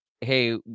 hey